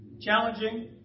Challenging